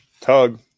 Tug